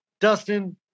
Dustin